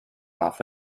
off